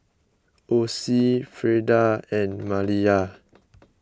Osie Frieda and Maliyah